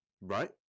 Right